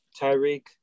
Tyreek